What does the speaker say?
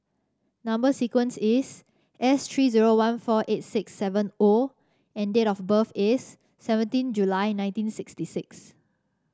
number sequence is S three zero one four eight six seven O and date of birth is seventeen July nineteen sixty six